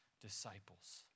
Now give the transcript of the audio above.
disciples